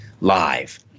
live